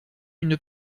une